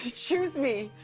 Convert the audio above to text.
choose me.